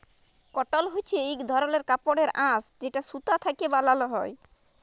কটল হছে ইক ধরলের কাপড়ের আঁশ যেট সুতা থ্যাকে বালাল হ্যয়